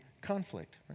conflict